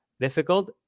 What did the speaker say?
difficult